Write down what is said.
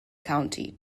county